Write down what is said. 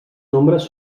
nombres